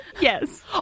Yes